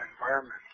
environment